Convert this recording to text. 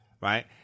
Right